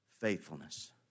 Faithfulness